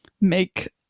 make